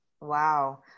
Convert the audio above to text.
Wow